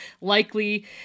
likely